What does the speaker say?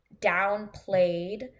downplayed